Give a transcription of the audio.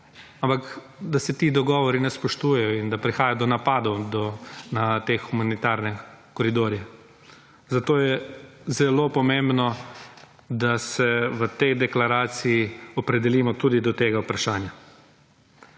Ampak da se ti dogovori ne spoštujejo in da prihaja do napadov na teh humanitarnih koridorjih, zato je zelo pomembno, da se v tej deklaraciji opredelimo tudi do tega vprašanja.